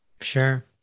Sure